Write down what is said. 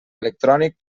electrònic